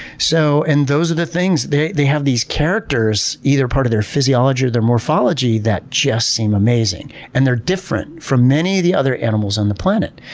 so and those are the things, they they have these characteristics, either part of their physiology or their morphology that just seem amazing, and they're different from many of the other animals on the planet.